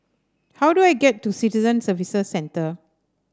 how do I get to Citizen Services Centre